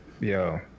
Yo